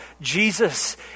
Jesus